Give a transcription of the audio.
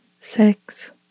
six